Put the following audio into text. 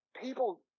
people